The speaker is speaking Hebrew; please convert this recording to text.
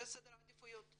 זה סדר העדיפויות.